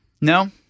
No